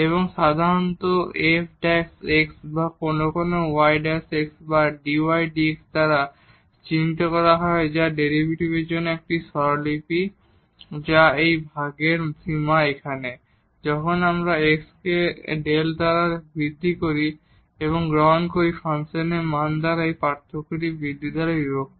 এবং এটি সাধারণত এই f বা কখনও কখনও y বা dydx দ্বারা চিহ্নিত করা হয় যা ডেরিভেটিভের জন্য একটি নোটেসন যা এই ভাগের সীমা এখানে যখন আমরা x কে Δ দ্বারা বৃদ্ধি করি এবং গ্রহণ করি ফাংশনের মান দ্বারা এই পার্থক্যটি বৃদ্ধি দ্বারা বিভক্ত